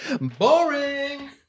Boring